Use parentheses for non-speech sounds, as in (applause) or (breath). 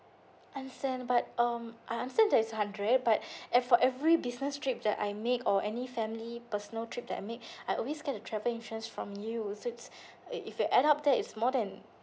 understand but um I understand that is hundred but (breath) eh for every business trip that I make or any family personal trip that I make (breath) I always get a travel insurance from you so it's (breath) uh if you add up that it's more than